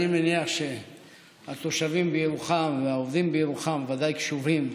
אני מניח שהתושבים בירוחם והעובדים בירוחם ודאי קשובים.